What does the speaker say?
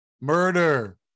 murder